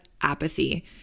apathy